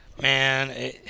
Man